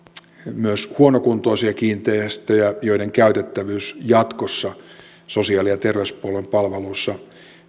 myös huonokuntoisia kiinteistöjä joiden käytettävyys jatkossa sosiaali ja terveyspuolen palveluissa